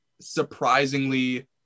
surprisingly